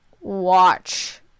watch